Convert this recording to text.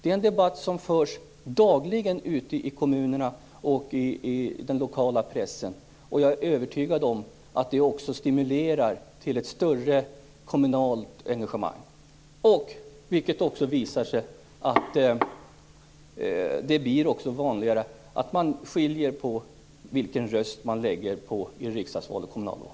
Den debatten förs dagligen ute i kommunerna och i den lokala pressen. Jag är övertygad om att detta stimulerar till ett större kommunalt engagemang. Dessutom visar det sig att det blir allt vanligare att skilja mellan den röst man lägger i riksdagsval respektive kommunalval.